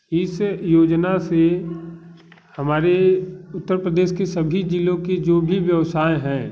इस योजना से हमारे उत्तर प्रदेश के सभी ज़िलों की जो भी व्यवसाय हैं